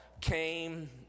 came